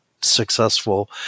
successful